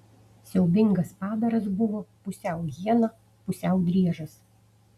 siaubingas padaras buvo pusiau hiena pusiau driežas